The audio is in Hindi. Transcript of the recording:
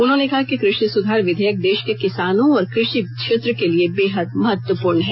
उन्होंने कहा कि कृषि सुधार विधेयक देश के किसानों और कृषि क्षेत्र के लिये बेहद महत्वपूर्ण हैं